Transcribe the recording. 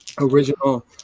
original